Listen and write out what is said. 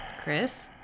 Chris